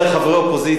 כי אלה חברי אופוזיציה,